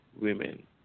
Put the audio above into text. women